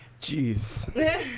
Jeez